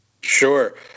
Sure